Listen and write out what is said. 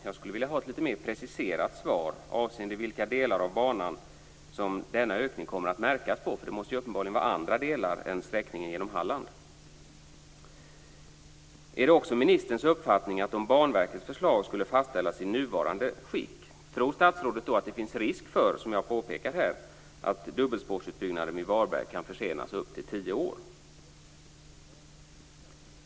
Jag skulle vilja ha ett litet mer preciserat svar avseende vilka delar av banan som denna ökning kommer att märkas på. Det måste uppenbarligen vara andra delar än sträckningen genom Halland. Är det också ministerns uppfattning att det, om Banverkets förslag skulle fastställas i nuvarande skick, finns risk för det som jag har påpekat här, alltså att dubbelspårsutbyggnaden i Varberg kan försenas upp till tio år?